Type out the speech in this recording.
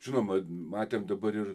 žinoma matėm dabar ir